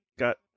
got